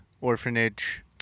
orphanage